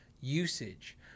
usage